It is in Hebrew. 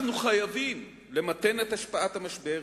אנחנו חייבים למתן את השפעת המשבר,